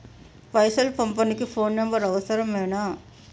పైసలు పంపనీకి phone number అవసరమేనా?